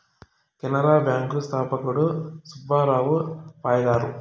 Canara bank స్థాపకుడు సుబ్బారావు పాయ్ గారు